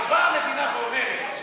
כשבאה המדינה ואומרת: